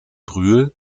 brühl